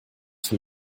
von